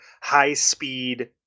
high-speed